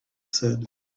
said